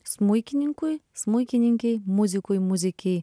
smuikininkui smuikininkei muzikui muzikei